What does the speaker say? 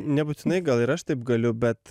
nebūtinai gal ir aš taip galiu bet